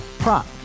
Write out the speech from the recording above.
Prop